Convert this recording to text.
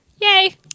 Yay